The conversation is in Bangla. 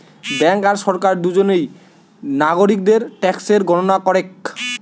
বেঙ্ক আর সরকার দুজনেই নাগরিকদের ট্যাক্সের গণনা করেক